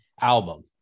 album